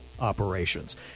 operations